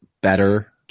better